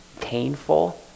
painful